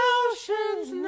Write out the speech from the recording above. ocean's